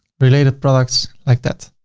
related products like that.